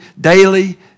daily